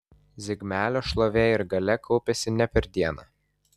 zigmelio šlovė ir galia kaupėsi ne per dieną